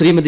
Shrimati